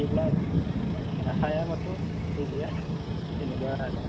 हायोब्ला आरो हायाब्लाथ' उफाय गैया जेनबा